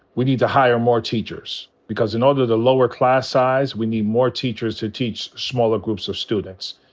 we need to hire more teachers. because in order to lower class size, we need more teachers to teach smaller groups of students.